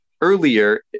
earlier